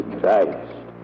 Christ